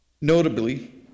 Notably